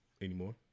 anymore